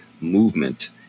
movement